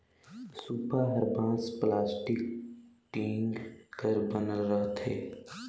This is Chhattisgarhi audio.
सूपा हर बांस, पलास्टिक, टीग कर बनल रहथे